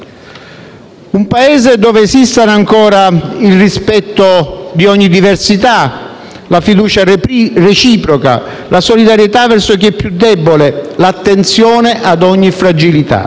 un Paese dove esistono ancora il rispetto di ogni diversità, la fiducia reciproca, la solidarietà verso chi è più debole, l'attenzione a ogni fragilità.